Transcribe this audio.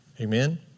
Amen